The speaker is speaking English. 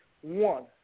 One